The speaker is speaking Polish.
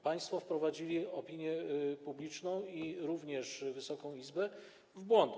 Państwo wprowadzili opinię publiczną i Wysoką Izbę w błąd.